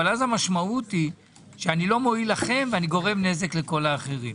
אבל אז המשמעות היא שאני לא מועיל לכם ואני גורם נזק לכל האחרים.